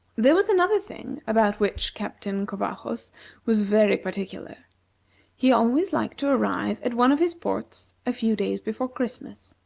there was another thing about which captain covajos was very particular he always liked to arrive at one of his ports a few days before christmas.